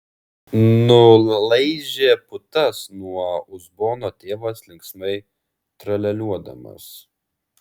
nulaižė putas nuo uzbono tėvas linksmai tralialiuodamas